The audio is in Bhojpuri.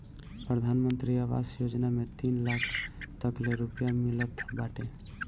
प्रधानमंत्री आवास योजना में तीन लाख तकले रुपिया मिलत बाटे